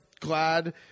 glad